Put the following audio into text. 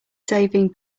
saving